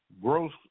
gross